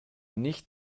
nicht